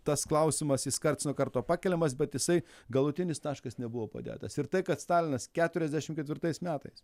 tas klausimas jis karts nuo karto pakeliamas bet jisai galutinis taškas nebuvo padėtas ir tai kad stalinas keturiasdešim ketvirtais metais